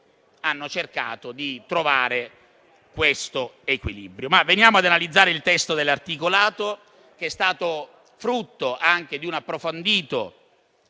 abbiano cercato di trovare questo equilibrio. Veniamo ad analizzare il testo dell'articolato, che è stato frutto anche di un approfondito